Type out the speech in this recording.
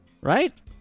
Right